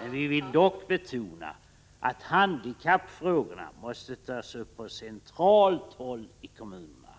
Men vi vill dock betona att handikappfrågorna måste tas upp på centralt håll i kommunerna